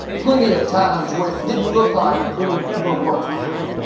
plenty of times where it didn't look like it would ever work out.